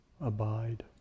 abide